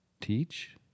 teach